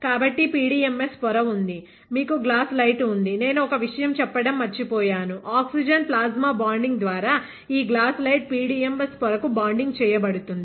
కాబట్టి PDMS పొర ఉంది మీకు గ్లాస్ లైట్ ఉంది నేను ఒక విషయం చెప్పడం మర్చిపోయాను ఆక్సిజన్ ప్లాస్మాబాండింగ్ ద్వారా ఈ గ్లాస్ లైట్ PDMS పొరకు బాండింగ్ చేయబడుతుంది